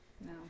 no